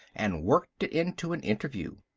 and worked it into an interview.